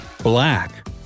Black